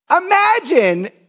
imagine